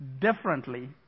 differently